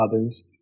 others